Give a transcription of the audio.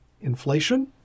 inflation